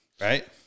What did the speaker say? right